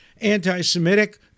anti-Semitic